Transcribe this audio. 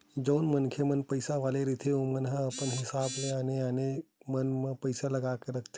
जउन मनखे मन पइसा वाले रहिथे ओमन ह अपन हिसाब ले आने आने जगा मन म पइसा लगा के रखथे